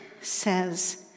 says